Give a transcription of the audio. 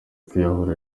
kwiyahura